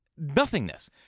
Nothingness